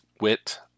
wit